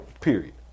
period